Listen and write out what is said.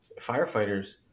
firefighters